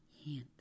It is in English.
hint